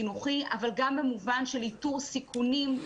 חינוכי אבל גם במובן של איתור סיכונים,